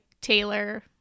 Taylor